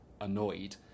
annoyed